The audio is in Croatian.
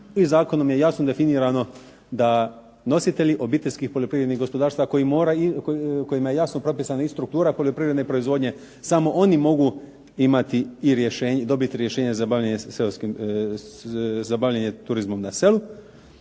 i zakonom je jasno definirano da nositelji obiteljskih poljoprivrednih gospodarstava kojima je jasno propisan niz struktura poljoprivredne proizvodnje, samo oni mogu dobiti i rješenje za bavljenje turizmom na selu.